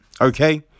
Okay